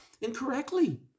incorrectly